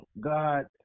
God